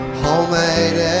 homemade